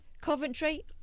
Coventry